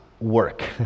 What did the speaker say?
work